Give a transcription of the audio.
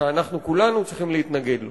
שאנחנו כולנו צריכים להתנגד לו.